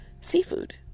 seafood